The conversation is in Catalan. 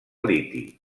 liti